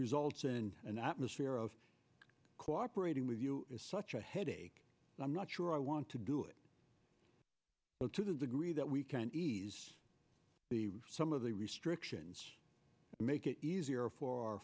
results in an atmosphere of cooperating with you is such a headache i'm not sure i want to do it well to the degree that we can ease some of the restrictions and make it easier for our